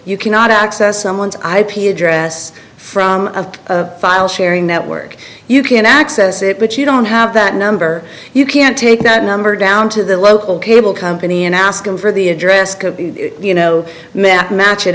you cannot access someone's ip address from a file sharing network you can access it but you don't have that number you can take that number down to the local cable company and ask them for the address you know men match it